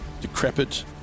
decrepit